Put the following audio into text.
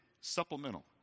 supplemental